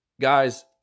guys